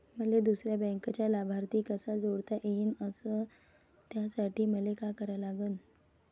मले दुसऱ्या बँकेचा लाभार्थी कसा जोडता येईन, अस त्यासाठी मले का करा लागन?